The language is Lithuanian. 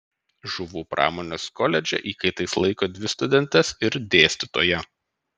žuvų pramonės koledže įkaitais laiko dvi studentes ir dėstytoją